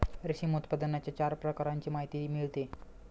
रेशीम उत्पादनाच्या चार प्रकारांची माहिती मिळते